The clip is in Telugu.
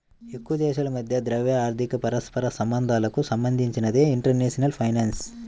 ఎక్కువదేశాల మధ్య ద్రవ్య, ఆర్థిక పరస్పర సంబంధాలకు సంబంధించినదే ఇంటర్నేషనల్ ఫైనాన్స్